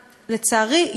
לצערי,